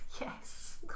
yes